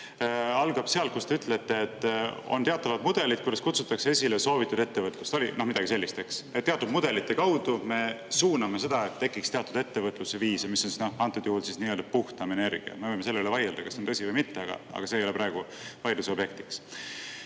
algab seal, kus te ütlete, et on teatavad mudelid, kuidas kutsutakse esile soovitud ettevõtlust. Oli midagi sellist, eks? Teatud mudelite kaudu me suuname seda, et tekiks teatud ettevõtluse viise, mis on antud juhul puhtam energia. Me võime selle üle vaielda, kas see on tõsi või mitte, aga see ei ole praegu vaidluse objektiks.